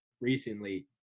recently